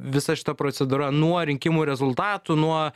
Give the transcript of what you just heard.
visa šita procedūra nuo rinkimų rezultatų nuo